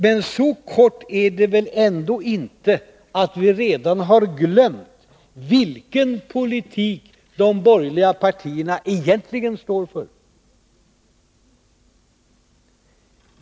Men så kort är det ändå inte att vi redan har glömt vilken politik de borgerliga partierna egentligen står för.